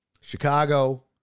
Chicago